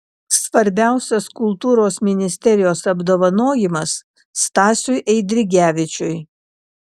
svarbiausias kultūros ministerijos apdovanojimas stasiui eidrigevičiui